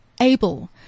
able